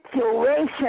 situation